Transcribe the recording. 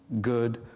good